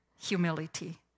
Humility